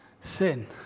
sin